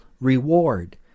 reward